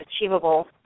achievable